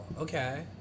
Okay